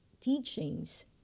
teachings